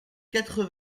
quatre